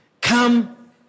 come